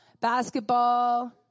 basketball